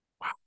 Wow